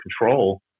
control